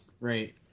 Right